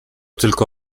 tylko